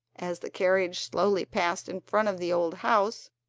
as the carriage slowly passed in front of the old house,